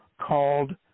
called